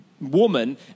woman